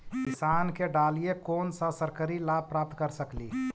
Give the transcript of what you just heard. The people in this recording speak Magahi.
किसान के डालीय कोन सा सरकरी लाभ प्राप्त कर सकली?